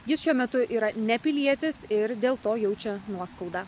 jis šiuo metu yra nepilietis ir dėl to jaučia nuoskaudą